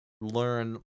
learn